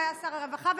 שהיה שר הרווחה,